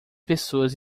pessoas